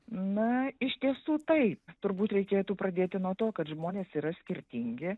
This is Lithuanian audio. na iš tiesų taip turbūt reikėtų pradėti nuo to kad žmonės yra skirtingi